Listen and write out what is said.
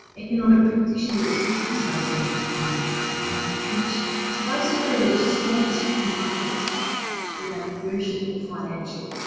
economic transition risks associated with climate change which is basically the response of markets, be they commercial or financial,